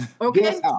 Okay